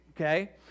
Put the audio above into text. okay